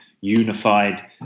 unified